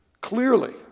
Clearly